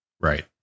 Right